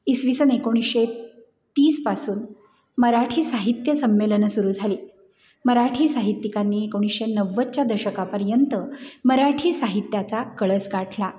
ईसवी सन एकोणीसशे तीसपासून मराठी साहित्य संमेलनं सुरू झाली मराठी साहित्यकांनी एकोणीसशे नव्वदच्या दशकापर्यंत मराठी साहित्याचा कळस गाठला